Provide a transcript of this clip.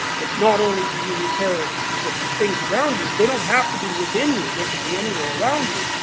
that not only do you repair the things around you they don't have to be within you, they can be anywhere around you,